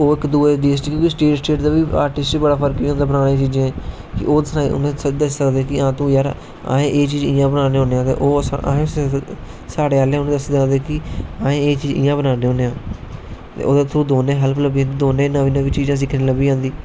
ओह् इक दुऐ डिस्टिक्ट दे आर्टिस्ट गी बी बड़ा फर्क होंदा ओह् उनेंगी दस्सी सकदे कि आसे एह् चीज इयां बनाने आं ते ओह् अगर साढ़े आहले दस्सी सकदे कि एह् चीज इयां बनान्ने होन्ने ओहदे थ्रू दौने गी हैल्प बनी जंदी नमी नमी चीजां सिक्खने गी लब्भी जंदी